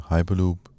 Hyperloop